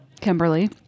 Kimberly